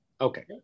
Okay